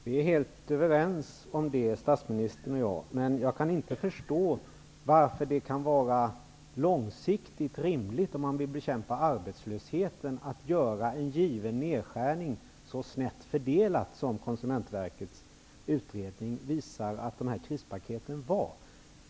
Fru talman! Statsministern och jag är helt överens om det, men om man vill bekämpa arbetslösheten kan jag inte förstå varför det är långsiktigt rimligt att göra en given nedskärning så snett fördelad som Konsumentverkets utredning visar att de här krispaketen är.